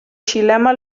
xilema